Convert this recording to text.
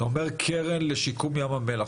דיברת על קרן לשיקום ים המלח.